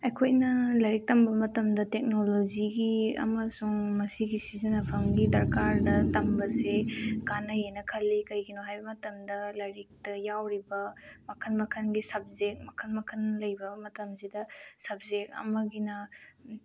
ꯑꯩꯈꯣꯏꯅ ꯂꯥꯏꯔꯤꯛ ꯇꯝꯕ ꯃꯇꯝꯗ ꯇꯦꯛꯅꯣꯂꯣꯖꯤꯒꯤ ꯑꯃꯁꯨꯡ ꯃꯁꯤꯒꯤ ꯁꯤꯖꯤꯟꯅꯐꯝꯒꯤ ꯗꯔꯀꯥꯔꯗ ꯇꯝꯕꯁꯤ ꯀꯥꯟꯅꯩꯑꯦꯅ ꯈꯜꯂꯤ ꯀꯩꯒꯤꯅꯣ ꯍꯥꯏꯕ ꯃꯇꯝꯗ ꯂꯥꯏꯔꯤꯛꯇ ꯌꯥꯎꯔꯤꯕ ꯃꯈꯜ ꯃꯈꯜꯒꯤ ꯁꯕꯖꯦꯛ ꯃꯈꯜ ꯃꯈꯜ ꯂꯩꯕ ꯃꯇꯝꯁꯤꯗ ꯁꯕꯖꯦꯛ ꯑꯃꯒꯤꯅ